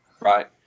Right